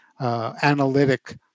analytic